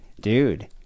dude